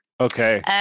Okay